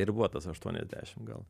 ribotas aštuoniasdešim gal